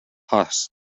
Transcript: hasse